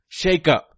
shakeup